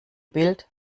bild